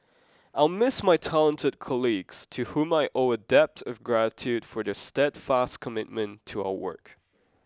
I'll miss my talented colleagues to whom I owe a debt of gratitude for their steadfast commitment to our work